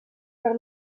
per